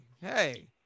hey